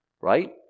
right